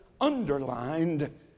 underlined